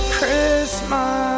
Christmas